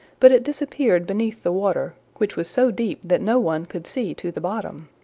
but it disappeared beneath the water, which was so deep that no one could see to the bottom.